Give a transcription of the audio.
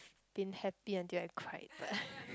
been happy until I cried